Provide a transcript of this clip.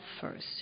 first